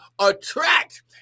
attract